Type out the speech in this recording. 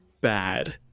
bad